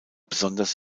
besonders